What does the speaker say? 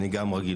את רשות